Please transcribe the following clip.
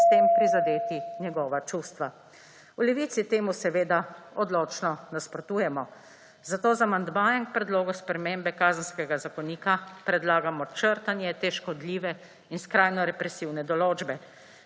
in s tem prizadeti njegova čustva. V Levici temu seveda odločno nasprotujemo, zato z amandmajem k predlogu spremembe Kazenskega zakonika predlagamo črtanje te škodljive in skrajno represivne določbe.